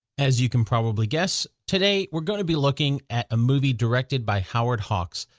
as you can probably guess, today we're going to be looking at a movie directed by howard hawks.